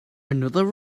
another